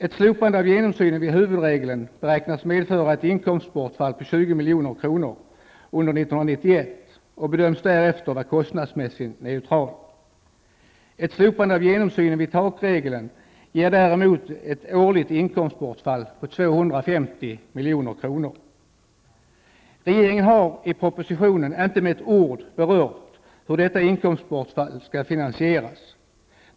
Ett slopande av genomsynen vid huvudregeln beräknas medföra ett inkomstbortfall på 20 milj.kr. under 1991 och bedöms därefter vara kostnadsmässigt neutralt. Ett slopande av genomsynen vid takregeln ger däremot ett årligt inkomstbortfall på 250 milj.kr. Regeringen har i propositionen inte med ett ord berört hur detta inkomstbortfall skall finansieras.